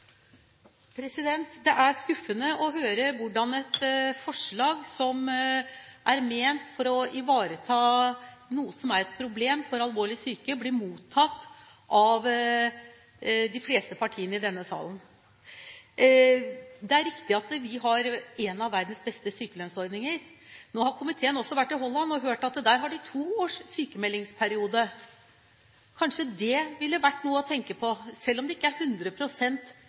Det er skuffende å høre hvordan et forslag som er ment å løse noe som er et problem for alvorlig syke, blir mottatt av de fleste partiene i denne salen. Det er riktig at vi har en av verdens beste sykelønnsordninger. Nå har komiteen også vært i Nederland og hørt at der har de to års sykmeldingsperiode. Kanskje det ville vært noe å tenke på. Selv om de ikke